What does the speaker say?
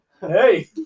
Hey